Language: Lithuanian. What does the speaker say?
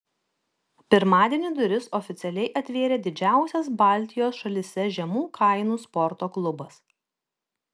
pirmadienį duris oficialiai atvėrė didžiausias baltijos šalyse žemų kainų sporto klubas